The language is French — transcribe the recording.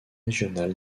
régional